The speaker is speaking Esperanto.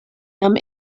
jam